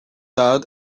out